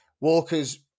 Walker's